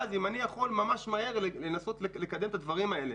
אני יכול ממש מהר לקדם את הדברים האלה.